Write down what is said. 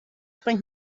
sprengt